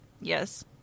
yes